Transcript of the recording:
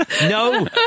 No